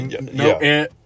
No